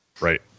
Right